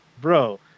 bro